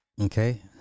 Okay